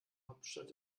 hauptstadt